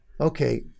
Okay